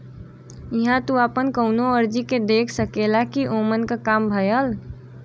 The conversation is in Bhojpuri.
इहां तू आपन कउनो अर्जी के देख सकेला कि ओमन क काम भयल